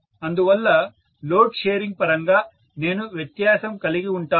అందువల్ల load sharing పరంగా నేను వ్యత్యాసం కలిగి ఉంటాను